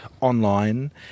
online